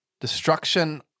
destruction